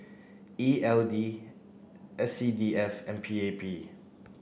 E L D S C D F and P A P